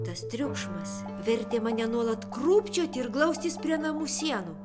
tas triukšmas vertė mane nuolat krūpčioti ir glaustis prie namų sienų